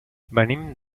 venim